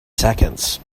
seconds